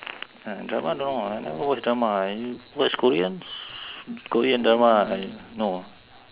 ah drama no I never watch drama I watch koreans korean drama I no